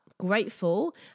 grateful